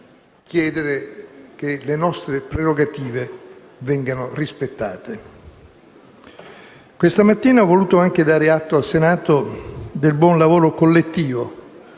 chiedere che le nostre prerogative vengano rispettate. Questa mattina ho voluto anche dare atto al Senato del buon lavoro collettivo